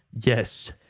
Yes